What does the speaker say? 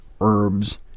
herbs